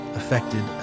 affected